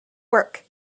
work